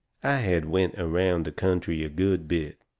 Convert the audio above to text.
i had went around the country a good bit,